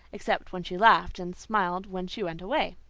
except when she laughed, and smiled when she went away.